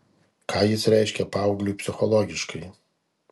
ką jis reiškia paaugliui psichologiškai